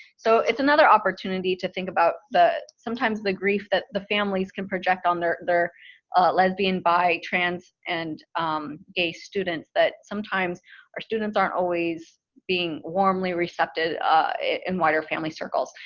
so it's another opportunity to think about the, sometimes the grief that the families can project on their their lesbian, bi, trans and gay students, that sometimes our students aren't always being warmly recepted in wider family circles.